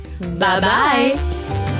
Bye-bye